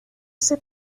ese